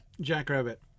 Jackrabbit